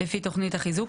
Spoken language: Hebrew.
לפי תוכנית החיזוק,